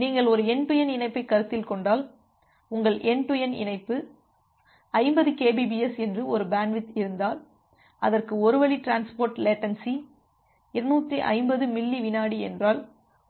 நீங்கள் ஒரு end to end இணைப்பைக் கருத்தில் கொண்டால் உங்கள் என்டு டு என்டு இணைப்பு 50 கேபிபிஎஸ் என்று ஒரு பேண்ட்வித் இருந்தால் அதற்கு ஒரு வழி டிரான்ஸ்போர்ட் லேட்டன்சி 250 மில்லி விநாடி என்றால்